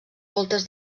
voltes